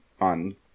on